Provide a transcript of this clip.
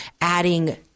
adding